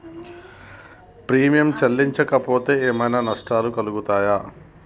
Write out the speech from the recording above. Premium చెల్లించకపోతే ఏమైనా నష్టాలు కలుగుతయా?